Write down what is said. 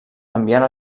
enviant